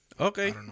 Okay